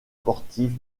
sportive